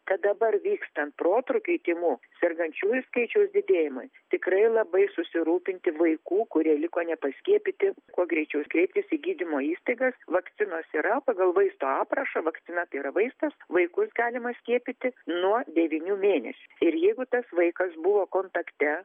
kad dabar vykstant protrūkiui tymų sergančiųjų skaičiaus didėjimas tikrai labai susirūpinti vaikų kurie liko nepaskiepyti kuo greičiau kreiptis į gydymo įstaigas vakcinos yra pagal vaistų aprašą vakcina yra vaistas vaikus galima skiepyti nuo devynių mėnesių ir jeigu tas vaikas buvo kontakte